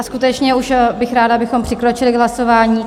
Skutečně už bych ráda, abychom přikročili k hlasování.